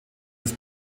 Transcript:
des